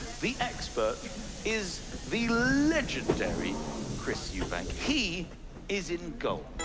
the expert is the legendary chris eubank. he is in gold.